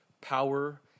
power